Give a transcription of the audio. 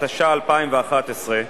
התשע"א 2011,